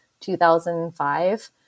2005